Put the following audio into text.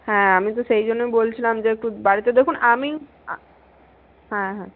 হ্যাঁ আমি তো সেই জন্য বলছিলাম যে একটু বাড়িতে দেখুন আমি হ্যাঁ হ্যাঁ